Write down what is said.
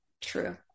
True